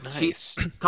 Nice